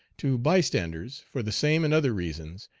to bystanders, for the same and other reasons,